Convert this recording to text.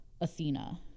Athena